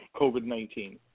COVID-19